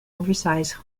oversize